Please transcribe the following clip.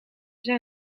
zijn